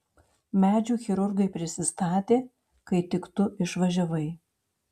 medžių chirurgai prisistatė kai tik tu išvažiavai